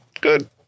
good